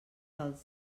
del